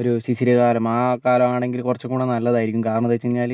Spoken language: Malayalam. ഒരു ശിശിരകാലം ആ കാലമാണെങ്കിൽ കുറച്ചും കൂടി നല്ലതായിരിക്കും കാരണം എന്ന് വെച്ച് കഴിഞ്ഞാൽ